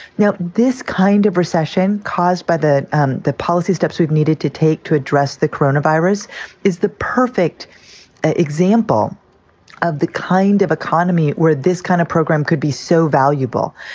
now, this kind of recession caused by the um the policy steps we've needed to take to address the corona virus is the perfect example of the kind of economy where this kind of program could be so valuable.